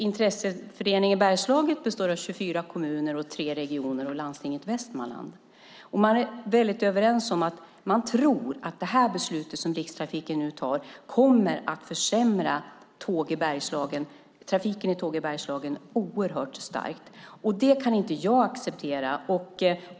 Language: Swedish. Intresseföreningen Bergslaget består av 24 kommuner, tre regioner och landstinget i Västmanland. Man tror att det beslut som Rikstrafiken nu kommer att fatta kommer att försämra trafiken i Tåg i Bergslagen oerhört starkt. Det kan inte jag acceptera.